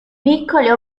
piccole